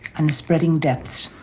and the spreading depths.